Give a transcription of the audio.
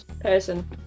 person